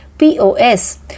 POS